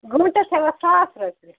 گنٛٹَس ہیٚوان ساس رۄپیہِ